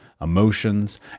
emotions